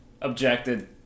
Objected